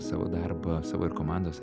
savo darbą savo ir komandos